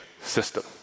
system